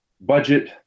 budget